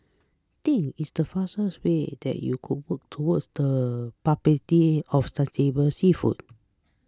think it's the fastest way that you could work towards the publicity of sustainable seafood